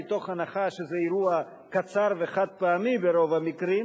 מתוך הנחה שזה אירוע קצר וחד-פעמי ברוב המקרים,